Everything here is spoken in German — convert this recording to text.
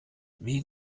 wie